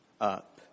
up